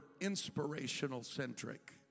inspirational-centric